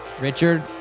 Richard